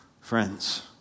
Friends